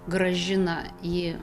grąžina jį